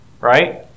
Right